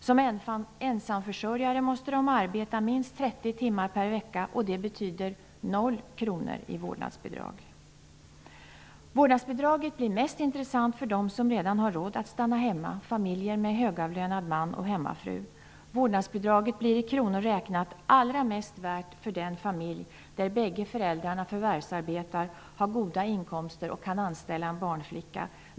Som ensamförsörjare måste de arbeta minst 30 timmar per vecka, och det betyder noll kronor i vårdnadsbidrag. Vårdnadsbidraget blir mest intressant för dem som redan har råd att stanna hemma, familjer med en högavlönad man och en hemmafru. Vårdnadsbidraget blir i kronor räknat allra mest värt för de familjer där bägge föräldrarna förvärvsarbetar, har goda inkomster och kan anställa en barnflicka.